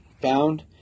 found